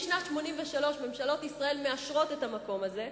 משנת 1983 ממשלות ישראל מאשרות את המקום הזה,